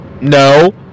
no